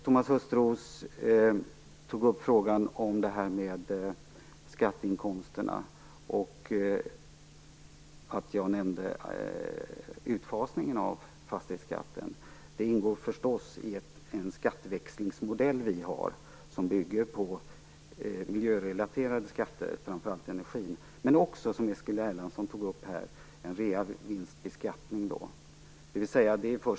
Thomas Östros tog upp frågan om skatteinkomster och berörde den av mig nämnda utfasningen av fastighetsskatten. Det ingår förstås i vår skatteväxlingsmodell, som bygger på miljörelaterade skatter - framför allt när det gäller energin. Men det handlar också om reavinstbeskattningen, som Eskil Erlandsson tog upp.